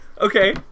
Okay